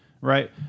Right